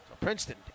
princeton